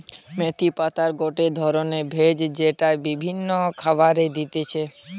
মেথির পাতা গটে ধরণের ভেষজ যেইটা বিভিন্ন খাবারে দিতেছি